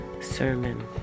sermon